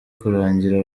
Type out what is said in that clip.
kurangira